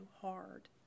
hard